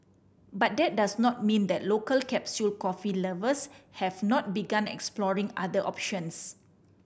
but that does not mean that local capsule coffee lovers have not begun exploring other options